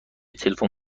تلفن